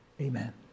Amen